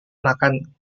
makan